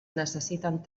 necessiten